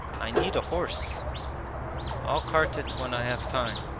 i need a horse i'll cart it when i have time.